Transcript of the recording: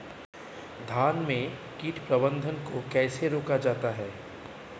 धान में कीट प्रबंधन को कैसे रोका जाता है?